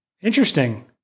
interesting